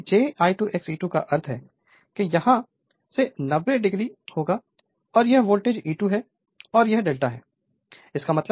तो जैसा कि j I2 XE2 का अर्थ है कि यह यहाँ से 90 o होगा और यह वोल्टेज E2 है और यह ∂ है